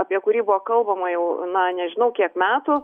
apie kurį buvo kalbama jau na nežinau kiek metų